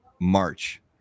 march